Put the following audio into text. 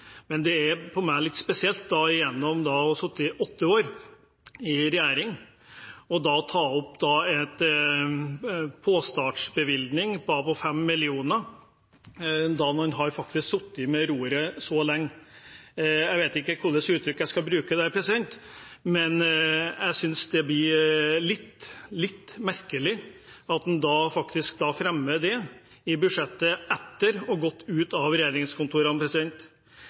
Men for meg er det litt spesielt, etter å ha sittet i åtte år i regjering, å ta opp en oppstartsbevilgning på 5 mill. kr – når man faktisk har sittet ved roret så lenge. Jeg vet ikke hvilket uttrykk jeg skal bruke, men jeg synes det blir litt merkelig at man faktisk fremmer det i budsjettet etter å ha gått ut av regjeringskontorene.